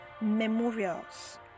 memorials